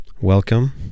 Welcome